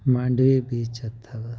Mandvi beach अथव